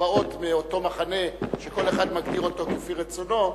הבאות מאותו מחנה, שכל אחד מגדיר אותו כפי רצונו.